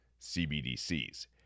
CBDCs